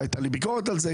והייתה לי ביקורת על זה,